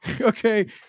Okay